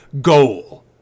goal